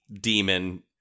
demon